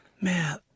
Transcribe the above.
Man